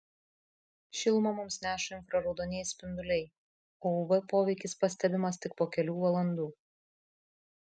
šilumą mums neša infraraudonieji spinduliai o uv poveikis pastebimas tik po kelių valandų